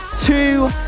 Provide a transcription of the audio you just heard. two